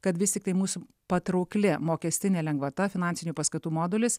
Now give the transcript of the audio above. kad vis tiktai mūsų patraukli mokestinė lengvata finansinių paskatų modulis